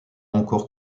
encore